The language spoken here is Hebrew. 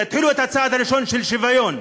תתחילו את הצעד הראשון של שוויון.